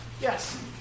Yes